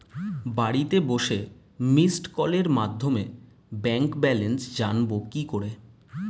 বাড়িতে বসে মিসড্ কলের মাধ্যমে ব্যাংক ব্যালেন্স জানবো কি করে?